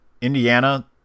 Indiana